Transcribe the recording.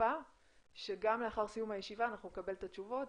מצפה שגם לאחר סיום הישיבה אנחנו נקבל את התשובות.